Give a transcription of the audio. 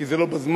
כי זה לא בזמן,